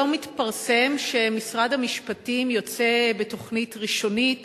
היום התפרסם שמשרד המשפטים יוצא בתוכנית ראשונית